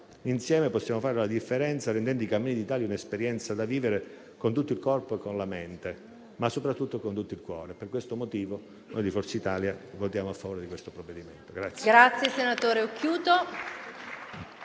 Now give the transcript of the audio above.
Insieme possiamo fare la differenza, rendendo i cammini d'Italia un'esperienza da vivere con tutto il corpo e con la mente, ma soprattutto con tutto il cuore. Per questo motivo, il Gruppo Forza Italia voterà a favore del provvedimento in